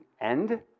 end